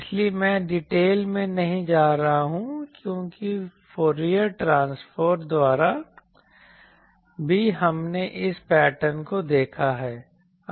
इसलिए मैं डिटेल में नहीं जा रहा हूं क्योंकि फूरियर ट्रांसफार्म द्वारा भी हमने इस पैटर्न को देखा है